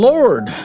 Lord